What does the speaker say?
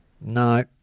No